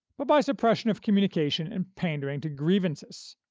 but by suppression of communication and pandering to grievances.